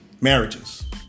marriages